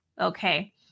Okay